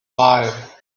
five